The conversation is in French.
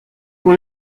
pour